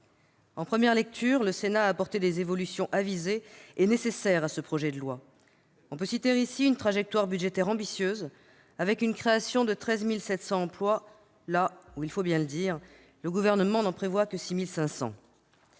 En première lecture, le Sénat a apporté des évolutions avisées et nécessaires à ce projet de loi. On peut évoquer ici une trajectoire budgétaire ambitieuse, avec une création de 13 700 emplois là où- il faut bien le dire -le Gouvernement n'en prévoit que 6 500.